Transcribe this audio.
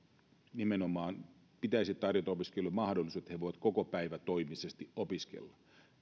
nimenomaan pitäisi tarjota opiskelijoille mahdollisuudet siihen että he voivat kokopäivätoimisesti opiskella